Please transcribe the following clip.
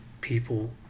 people